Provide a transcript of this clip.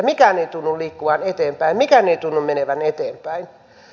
mikään ei tunnu liikkuvan eteenpäin mikään ei tunnu menevän eteenpäin